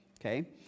Okay